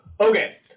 Okay